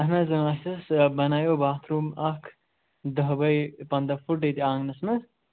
اَہَن حظ آ اَسہِ حظ بَناوِو باتھ روٗم اَکھ دٔہ بَے پنٛداہ فُٹ ییٚتہِ آنٛگنَس منٛز